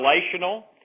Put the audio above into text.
relational